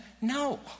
No